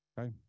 Okay